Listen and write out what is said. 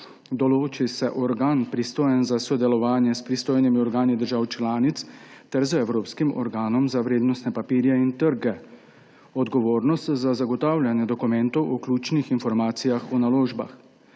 Določi se organ, pristojen za sodelovanje s pristojnimi organi držav članic ter z evropskim organom za vrednostne papirje in trge, odgovornost za zagotavljanje dokumentov o ključnih informacijah o naložbah.